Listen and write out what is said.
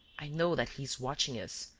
i know that he is watching us.